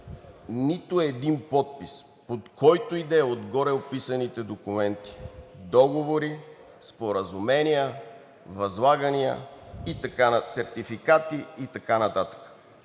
нито един подпис под който и да е от гореописаните документи – договори, споразумения, възлагания, сертификати и така нататък.